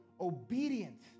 obedient